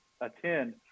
attend